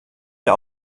wir